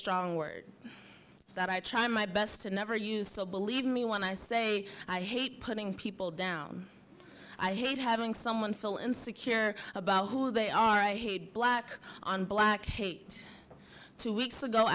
strong word that i try my best to never use so believe me when i say i hate putting people down i hate having someone feel insecure about who they are i hate black on black hate two weeks ago